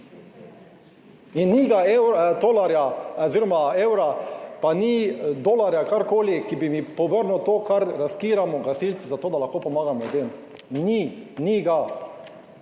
evra, tolarja oziroma evra, pa ni dolarja, karkoli, ki bi mi povrnil to kar riskiramo gasilci za to, da lahko pomagamo ljudem. Ni, ni ga.